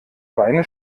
beine